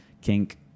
kink